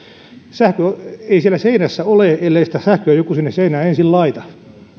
sähköä ei siellä seinässä ole ellei sitä sähköä joku sinne seinään ensin laita